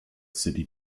city